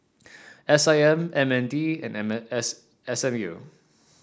S I M M N D and M S S M U